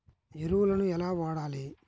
ఎరువులను ఎలా వాడాలి?